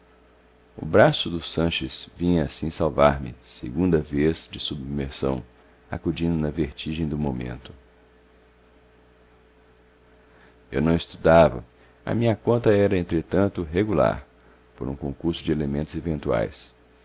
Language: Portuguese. o braço do sanches vinha assim salvar-me segunda vez de submersão acudindo na vertigem do momento eu não estudava a minha conta era entretanto regular por um concurso de elementos eventuais